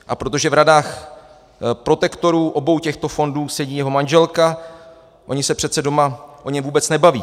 A protože v radách protektorů obou těchto fondů sedí jeho manželka oni se přece doma o něm vůbec nebaví.